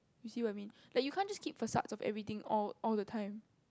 you see what I mean like you can't just keep facades of everything all all the time